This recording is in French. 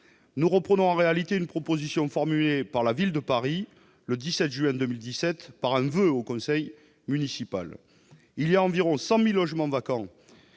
Nous reprenons en réalité une proposition formulée par la Ville de Paris, le 17 juin 2017, dans un voeu du conseil municipal. Il y a environ 100 000 logements vacants